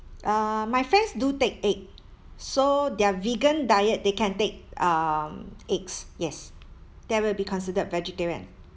err my friends do take egg so their vegan diet they can take um eggs yes that will be considered vegetarian